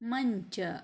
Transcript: ಮಂಚ